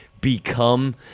become